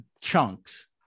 chunks